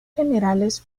generales